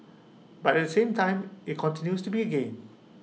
but at the same time IT continues to be A gain